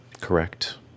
Correct